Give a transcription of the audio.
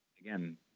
again